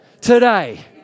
Today